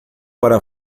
para